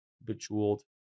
bejeweled